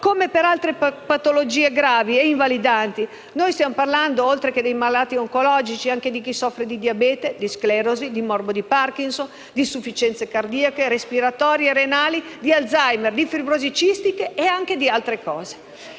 come per altre patologie gravi e invalidanti. Stiamo parlando, oltre che dei malati oncologici, anche di chi soffre di diabete, di sclerosi, di morbo di Parkinson, di insufficienze cardiache, respiratorie e renali, di Alzheimer, di fibrosi cistica e di altro ancora.